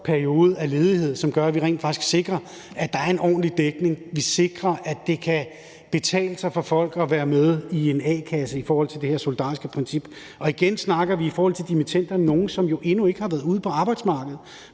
periode af ledighed. Dermed sikrer vi rent faktisk, at der er en ordentlig dækning; vi sikrer, at det kan betale sig for folk at være med i en a-kasse i forhold til det her solidariske princip. Og igen snakker vi i forhold til dimittenderne om nogle, som jo endnu ikke har været ude på arbejdsmarkedet,